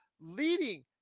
leading